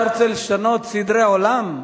אתה רוצה לשנות סדרי עולם?